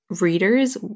readers